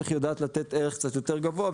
איך היא יודעת לתת ערך קצת יותר גבוה,